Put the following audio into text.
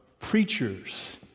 preachers